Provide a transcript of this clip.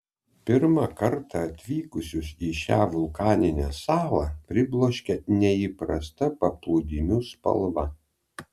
pirmą kartą atvykusius į šią vulkaninę salą pribloškia neįprasta paplūdimių spalva